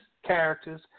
Characters